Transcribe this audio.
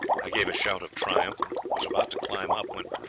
i gave a shout of triumph, and was about to climb up, when,